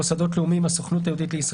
"מוסדות לאומיים" - הסוכנות היהודית לארץ